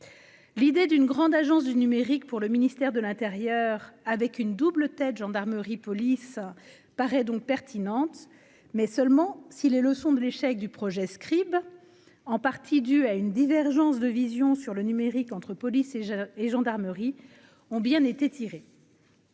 l'idée d'une grande agence du numérique pour le ministère de l'Intérieur, avec une double tête, gendarmerie, police paraît donc pertinente, mais seulement si les leçons de l'échec du projet scribes en partie due à une divergence de vision sur le numérique entre police et et gendarmerie ont bien été tirés.